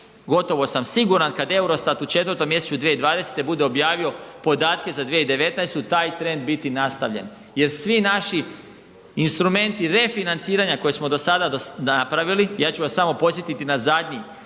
gotovo sam siguran, kad Eurostat u 4. mj. 2020. bude objavio podatke za 2019. taj trend biti nastavljen jer svi naši instrumenti refinanciranja koje smo do sada napravili, ja ću vas samo podsjetiti na zadnji,